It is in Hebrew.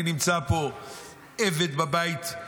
אני נמצא פה עבד בבית,